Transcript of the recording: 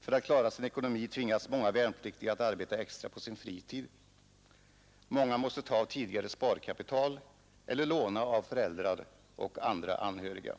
För att klara sin ekonomi tvingas många värnpliktiga att arbeta extra på sin fritid. Många måste ta av tidigare sparkapital eller låna av föräldrar och andra anhöriga.